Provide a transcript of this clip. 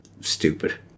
stupid